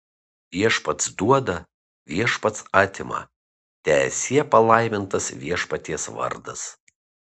viešpats duoda viešpats atima teesie palaimintas viešpaties vardas